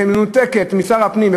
שמנותקת משר הפנים,